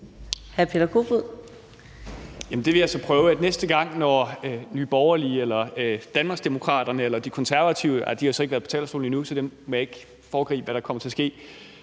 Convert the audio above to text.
Jamen det vil jeg så prøve. Næste gang vil jeg så over for Nye Borgerlige eller Danmarksdemokraterne eller De Konservative – eller de har jo så ikke været på talerstolen endnu, så der vil jeg ikke foregribe, hvad der kommer til at ske